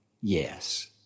yes